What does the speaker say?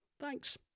Thanks